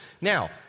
Now